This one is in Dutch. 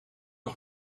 nog